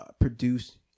produced